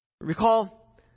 Recall